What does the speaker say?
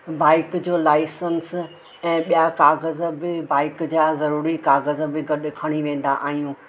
bike जो licence ऐंं ॿिया कागज़ भी बाइक जा ज़रूरी कागज़ बि गॾु खणी वेंदा आहियूं